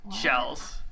shells